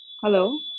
Hello